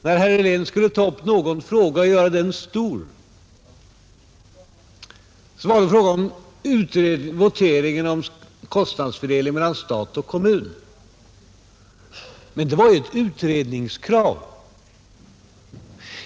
När herr Helén skulle ta upp någon stor fråga för oppositionens del, så valde han voteringen om kostnadsfördelningen mellan stat och kommun. Men det var ju ett utredningskrav.